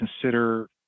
consider